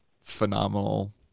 phenomenal